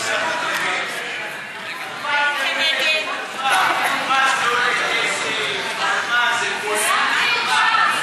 ההצעה להסיר מסדר-היום את הצעת חוק זכויות נפגעי עבירה (תיקון,